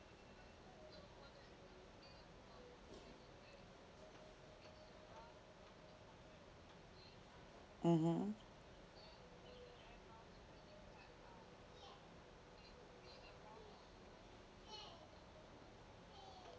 mmhmm